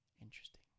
interesting